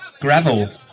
gravel